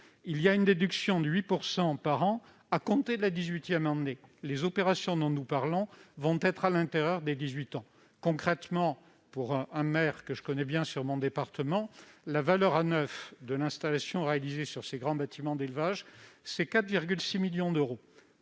Il existe une déduction de 8 % par an à compter de la dix-huitième année. Les opérations dont nous parlons auront lieu dans ce délai de dix-huit ans. Concrètement, pour un maire que je connais bien dans mon département, la valeur à neuf de l'installation réalisée sur ses grands bâtiments d'élevage représente 4,6 millions d'euros,